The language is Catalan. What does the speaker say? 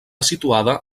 situada